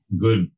good